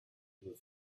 with